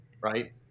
Right